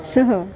सः